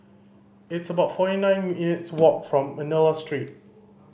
it's about forty nine minutes' walk from Manila Street